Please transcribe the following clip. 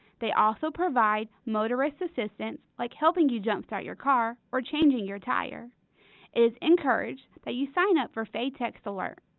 they also provide motorist assistance like helping you jumpstart your car or changing your tire. it is encouraged that you sign up for fay text alert.